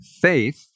faith